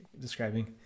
describing